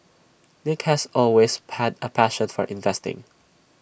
nick has always had A passion for investing